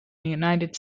united